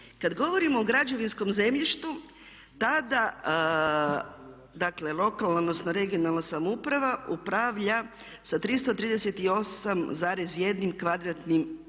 Kada govorimo o građevinskom zemljištu tada dakle lokalna, odnosno regionalna samouprava upravlja sa 338,1 kvadratnim